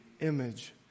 image